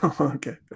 Okay